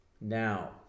now